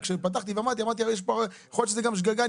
פתחתי ואמרתי שיכול להיות שזו גם שגגה.